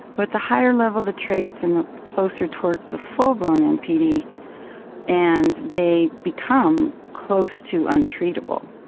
but the higher level the traits and the closer towards the full-blown npd and they become close to untreatable.